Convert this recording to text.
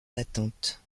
l’attente